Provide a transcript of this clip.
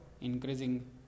increasing